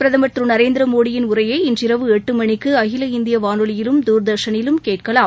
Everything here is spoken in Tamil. பிரதமர் திரு நரேந்திர மோடியின் உரையை இன்றிரவு எட்டு மணிக்கு அகில இந்திய வானொலியிலும் தூர்தர்ஷனிலும் கேட்கலாம்